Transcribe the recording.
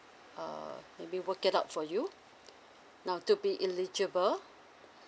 uh maybe we will get out for you now to be eligible